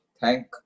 thank